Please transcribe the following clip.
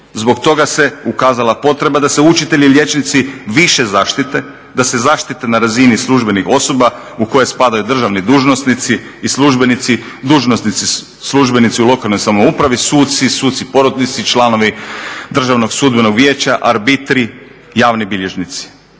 Zbog toga se ukazala potreba da se učitelji i liječnici više zaštite, da se zaštite na razini službenih osoba u koje spadaju državni dužnosnici i službenici, dužnosnici službenici u lokalnoj samoupravi, sudci, sudci porotnici, članovi državnog sudbenog vijeća, arbitri, javni bilježnici.